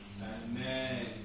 Amen